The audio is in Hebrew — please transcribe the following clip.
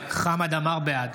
בעד